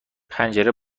پنجره